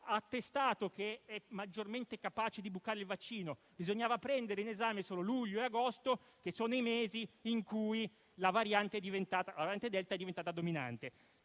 ha attestato esser maggiormente capace di bucare il vaccino? Bisognava prendere in esame solo luglio e agosto, che sono i mesi in cui la variante delta è diventata dominante.